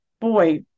boy